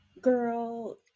Girl